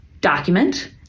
document